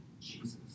Jesus